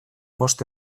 bost